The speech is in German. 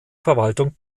verwaltung